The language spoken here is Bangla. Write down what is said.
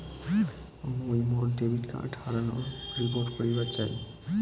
মুই মোর ডেবিট কার্ড হারানোর রিপোর্ট করিবার চাই